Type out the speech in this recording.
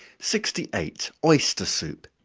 sixty eight. oyster soup.